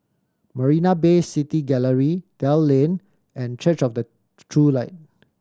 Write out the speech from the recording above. Marina Bay City Gallery Dell Lane and Church of the True Light